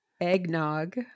eggnog